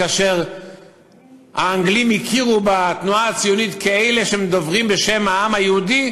כאשר האנגלים הכירו בתנועה הציונית כזו שמדברת בשם העם היהודי,